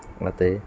ਅਤੇ